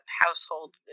household